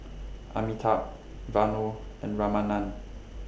Amitabh Vanu and Ramanand